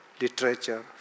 literature